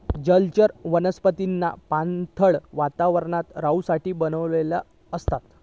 जलचर वनस्पतींनी पाणथळ वातावरणात रहूसाठी बनलेली असतत